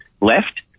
left